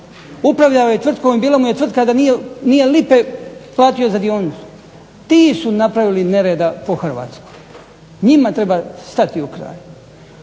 upravljao je tvrtkom, bila mu je tvrtka da nije lipe platio za dionicu. Ti su napravili nereda po Hrvatskoj. Njima treba stati u kraj.